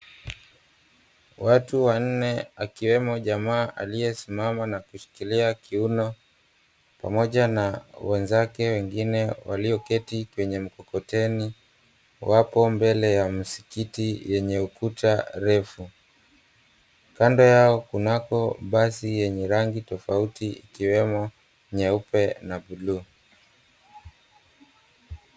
Watu wanne akiwemo jamaa aliyesimama na kushikilia kiuno pamoja na wenzake wengine walioketi kwenye mkokoteni wapo mbele ya msikiti yenye ukuta refu. Kando yao kunako basi yenye rangi tofauti ikiwemo nyeuoe na buluu.